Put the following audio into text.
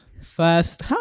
First